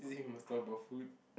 is it must talk about food